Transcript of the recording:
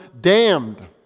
damned